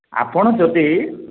ଆପଣ ଯଦି